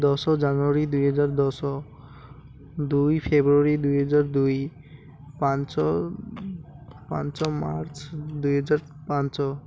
ଦଶ ଜାନୁଆରୀ ଦୁଇ ହଜାର ଦଶ ଦୁଇ ଫେବୃଆରୀ ଦୁଇ ହଜାର ଦୁଇ ପାଞ୍ଚ ପାଞ୍ଚ ମାର୍ଚ୍ଚ ଦୁଇ ହଜାର ପାଞ୍ଚ